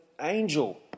angel